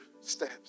steps